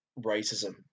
racism